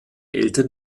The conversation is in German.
eltern